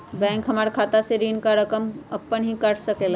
Bank हमार खाता से ऋण का रकम अपन हीं काट ले सकेला?